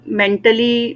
mentally